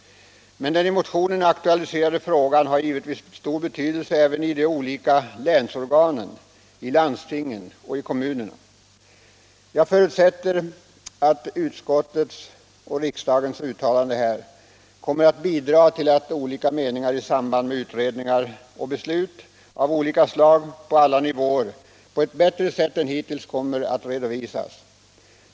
Men den i motionen aktualiserade frågan har givetvis stor betydelse även i de olika länsorganen, landstingen och kommunerna. Jag förutsätter att utskottets och riksdagens uttalande kommer att bidra till att olika meningar i samband med utredningar och beslut av olika slag på alla nivåer på ett bättre sätt än hittills kommer att redovisas.